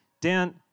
Dan